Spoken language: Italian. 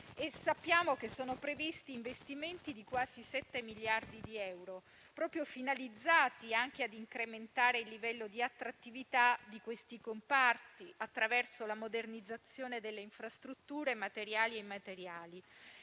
sappiamo che sono previsti investimenti di quasi 7 miliardi di euro, finalizzati anche a incrementare il livello di attrattività di questi comparti attraverso la modernizzazione delle infrastrutture materiali e immateriali,